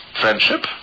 friendship